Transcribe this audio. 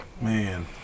man